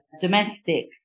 domestic